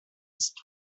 ist